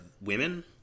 women